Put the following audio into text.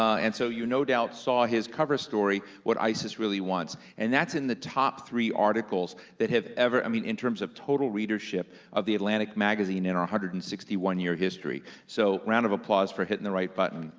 and so you no doubt saw his cover story, what isis really wants, and that's in the top three articles that have ever, i mean, in terms of total readership of the atlantic magazine in our one hundred and sixty one year history, so round of applause for hitting the right button,